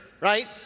right